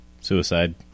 Suicide